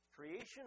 Creation